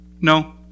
No